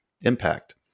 impact